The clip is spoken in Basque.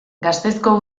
gasteizko